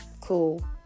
Cool